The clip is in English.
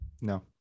No